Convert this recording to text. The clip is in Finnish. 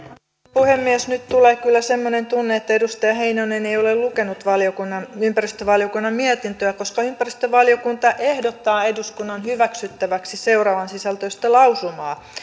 puhemies nyt tulee kyllä semmoinen tunne että edustaja heinonen ei ole lukenut ympäristövaliokunnan mietintöä koska ympäristövaliokunta ehdottaa eduskunnan hyväksyttäväksi seuraavan sisältöistä lausumaa